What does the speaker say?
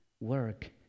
work